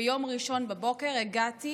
ביום ראשון בבוקר הגעתי